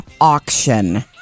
auction